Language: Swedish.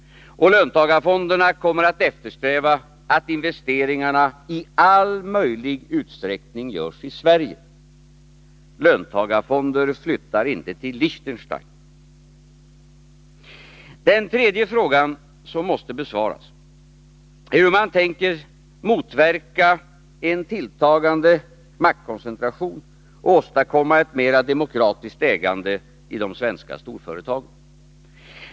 Och löntagarfonderna kommer att eftersträva att investeringarna i all möjlig utsträckning görs i Sverige. Löntagarfonder flyttar inte till Liechtenstein! En annan fråga som måste besvaras lyder: Hur tänker man motverka en tilltagande maktkoncentration och åstadkomma ett mera demokratiskt ägande i de svenska storföretagen?